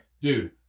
Dude